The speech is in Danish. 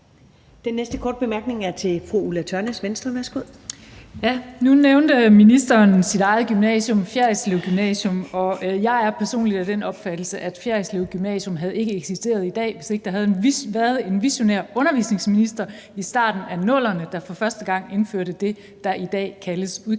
Venstre. Værsgo. Kl. 22:07 Ulla Tørnæs (V): Nu nævnte ministeren sit eget gymnasium, Fjerritslev Gymnasium. Jeg er personligt af den opfattelse, at Fjerritslev Gymnasium ikke havde eksisteret i dag, hvis ikke der havde været en visionær undervisningsminister i starten af 00'erne, der som noget nyt indførte det, der i dag kaldes